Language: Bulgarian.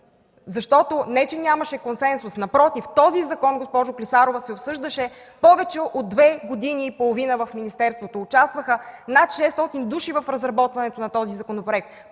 приет – не че нямаше консенсус, напротив, този закон, госпожо Клисарова, се обсъждаше повече от две години и половина в министерството, участваха в разработването на този законопроект